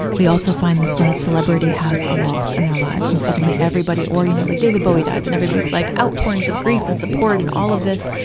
we also find this when a celebrity has a loss in their lives, and suddenly everybody, or, you know, like david bowie dies, and everybody's like outpourings of grief and support and all of this.